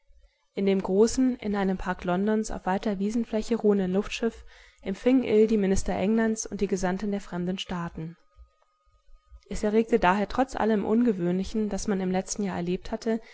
in dem großen in einem park londons auf weiter wiesenfläche ruhenden luftschiff empfing ill die minister englands und die gesandten der fremden staaten es erregte daher trotz allem ungewöhnlichen das man im letzten jahr erlebt hatte